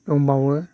दंबावो